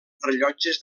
rellotges